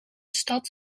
stad